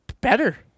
better